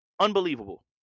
unbelievable